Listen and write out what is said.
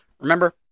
Remember